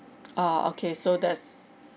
ah okay so that's